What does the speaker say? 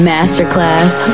Masterclass